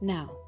Now